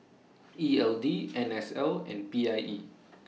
E L D N S L and P I E